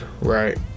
right